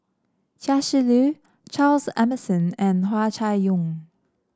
Chia Shi Lu Charles Emmerson and Hua Chai Yong